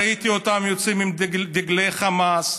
ראיתי אותם יוצאים עם דגלי חמאס,